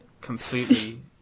completely